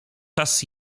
czas